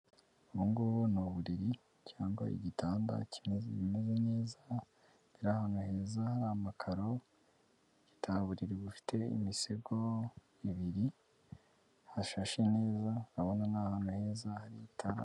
Ubungubu ni uburiri cyangwa igitanda kimeze bimeze neza biri ahantu heza, hari amakaro bufite imisego ibiri, hashashe neza, urabona ni ahantu heza hari igitanda.